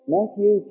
Matthew